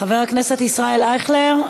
חבר הכנסת ישראל אייכלר,